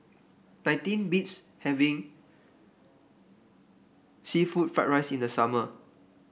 nothing beats having seafood Fried Rice in the summer